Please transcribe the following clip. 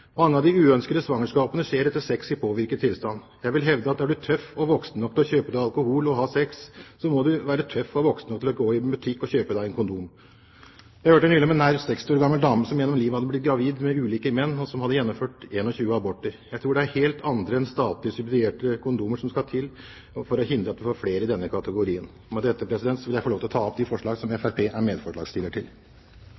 Mange av de uønskede svangerskapene skjer etter sex i påvirket tilstand. Jeg vil hevde at er du tøff nok og voksen nok til å kjøpe deg alkohol og ha sex, må du også være tøff nok og voksen nok til å gå i en butikk og kjøpe deg et kondom. Jeg hørte nylig om en nær 60 år gammel dame som gjennom livet hadde blitt gravid med ulike menn, og som hadde gjennomført 21 aborter. Jeg tror det er noe helt annet enn statlig subsidierte kondomer som skal til for å hindre at vi får flere i denne kategorien. Med dette vil jeg få lov å ta opp de forslag som